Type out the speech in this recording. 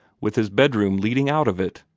with his bedroom leading out of it?